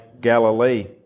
Galilee